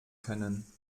können